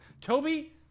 Toby